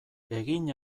egin